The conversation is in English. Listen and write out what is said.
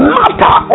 matter